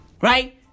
Right